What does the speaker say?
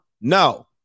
No